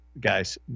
guys